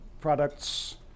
products